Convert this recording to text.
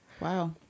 wow